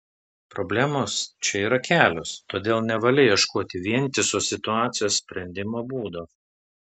problemos čia yra kelios todėl nevalia ieškoti vientiso situacijos sprendimo būdo